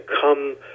come